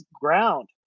ground